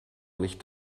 nicht